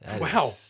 Wow